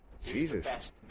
Jesus